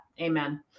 Amen